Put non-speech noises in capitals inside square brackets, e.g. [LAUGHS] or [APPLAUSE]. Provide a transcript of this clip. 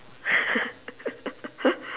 [LAUGHS]